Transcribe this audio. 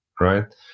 right